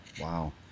wow